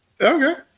Okay